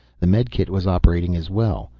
the medikit was operating as well.